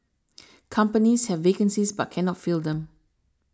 companies have vacancies but cannot fill them